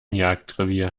jagdrevier